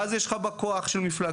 ואז יש לך בא כוח של מפלגה,